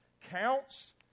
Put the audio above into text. counts